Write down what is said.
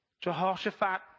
Jehoshaphat